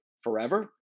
forever